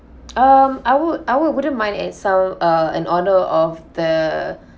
um I would I would wouldn't mind itself uh an order of the